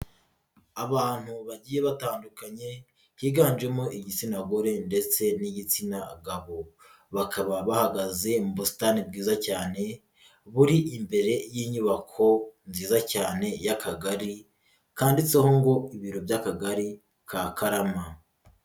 Abantu bagiye batandukanye higanjemo igitsina gore ndetse n'igitsina gabo bakaba bahagaze mu busitani bwiza cyane buri imbere y'inyubako nziza cyane y'Akagari kanditseho ngo ibiro by'Akagari ka Karama.